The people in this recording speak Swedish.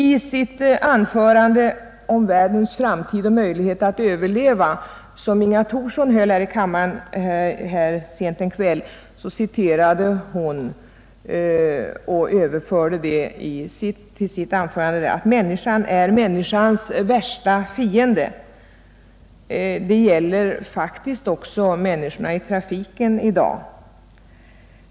I sitt anförande om världens framtid och möjlighet att överleva citerade Inga Thorsson sent i tisdags kväll uttrycket att ”människan är människans värsta fiende”. Detta gäller faktiskt också människorna i trafiken i dag.